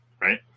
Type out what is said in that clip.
Right